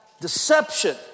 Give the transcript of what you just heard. deception